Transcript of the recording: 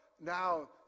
now